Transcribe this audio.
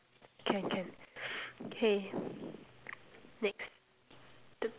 can can K next